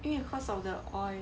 因为 because of the oil